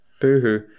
Boo-hoo